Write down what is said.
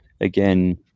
again